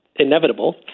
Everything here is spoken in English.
inevitable